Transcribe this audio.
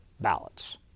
ballots